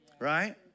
Right